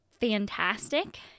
fantastic